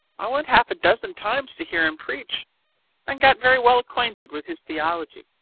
i went half a dozen times to hear him preach and got very well acquainted with his theology.